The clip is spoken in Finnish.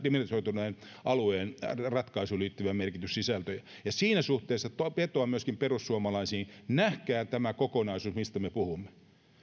demilitarisoituneen alueen ratkaisuun liittyviä merkityssisältöjä ja siinä suhteessa vetoan myöskin perussuomalaisiin nähkää tämä kokonaisuus mistä me puhumme